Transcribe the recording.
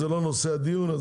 זה לא נושא הדיון.